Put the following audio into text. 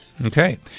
Okay